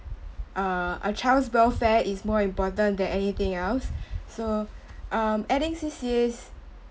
uh a child's welfare is more important than anything else so um adding C_C_As